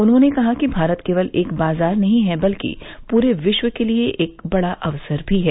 उन्होंने कहा कि भारत केवल एक बाजार नहीं है बल्कि पूरे विश्व के लिए एक बड़ा अवसर भी है